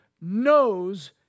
knows